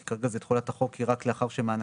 כי כרגע זה תחולת החוק כי רק לאחר שמענקי